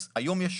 אז היום יש